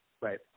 Right